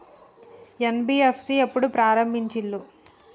NBFC ఎప్పుడు ప్రారంభించిల్లు?